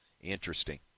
Interesting